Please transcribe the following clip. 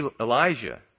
Elijah